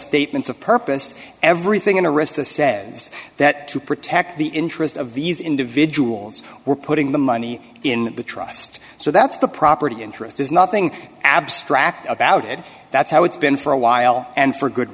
statements of purpose everything interest to says that to protect the interest of these individuals we're putting the money in the trust so that's the property interest there's nothing abstract about it that's how it's been for a while and for good